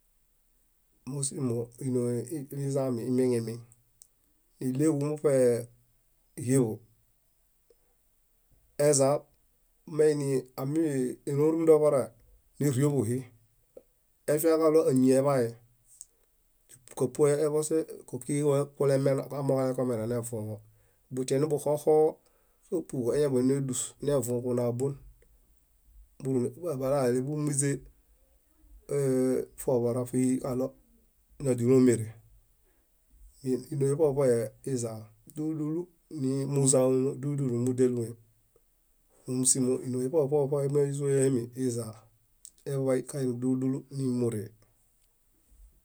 Mósimo ínoheizaami imieŋemeŋ níɭeġumuṗe ɦíeḃo, ezaa meeni amiloom rumunda oḃarae néɽiobuɦii efiaġalo áñieḃae kupuoeḃose óki amooġoonaami nevũġo. Butienibuxoxo bápuġo néduseñaḃanevũġunabon bala eleḃumiźe foḃarafihi kaɭo naźilomere ínohe ṗoheṗohe izaa dúlu dúlu nimuzaumo dúlu dúlu nimudialue momusimo ínohe ṗoheṗohe miázohemi izaa eḃaḃay kalo dúlu dúlu nimoree.